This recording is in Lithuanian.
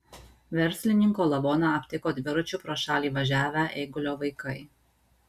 verslininko lavoną aptiko dviračiu pro šalį važiavę eigulio vaikai